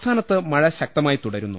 സംസ്ഥാനത്ത് മഴ ശക്തമായി തുടരുന്നു